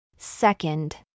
Second